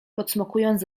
pocmokując